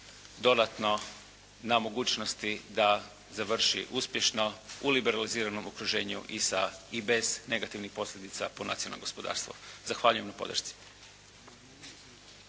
dodatno na mogućnosti da završi uspješno u liberaliziranom okruženju i sa i bez negativnih posljedica …/Govornik se ne razumije./… Zahvaljujem na podršci.